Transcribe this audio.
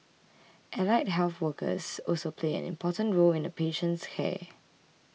allied health workers also play an important role in a patient's care